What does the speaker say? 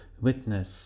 witness